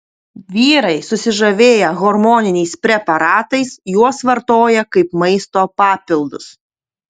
vyrai susižavėję hormoniniais preparatais juos vartoja kaip maisto papildus